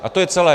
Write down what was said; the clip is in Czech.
A to je celé.